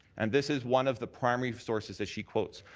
and this is one of the primary sources that she quotes.